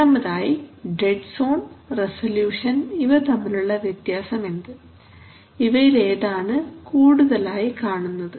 രണ്ടാമതായി dead zone resolution ഇവ തമ്മിലുള്ള വ്യത്യാസം എന്ത് ഇവയിൽ ഏതാണ് കൂടുതലായി കാണുന്നത്